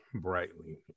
brightly